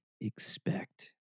expect